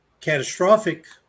catastrophic